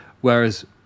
whereas